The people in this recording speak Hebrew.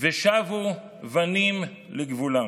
ושבו בנים לגבולם".